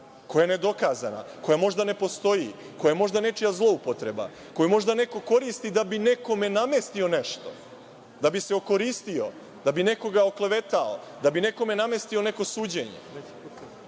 koja je nedokazana, koja možda ne postoji, koja je možda nečija zloupotreba, koju možda neko koristi da bi nekome namestio nešto, da bi se okoristio, da bi nekoga oklevetao, da bi nekome namestio neko suđenje. Dakle,